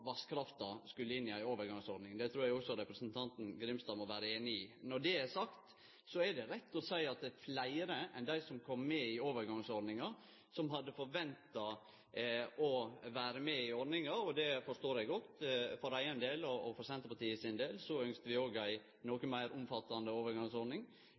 vasskrafta skulle inn i ei overgangsordning. Det trur eg også representanten Grimstad må vere einig i. Når det er sagt, er det rett å seie at det er fleire enn dei som kom med i overgangsordninga, som hadde forventa å vere med i ordninga, og det forstår eg godt. For min og Senterpartiet sin del ynskte vi òg ei noko meir omfattande overgangsordning,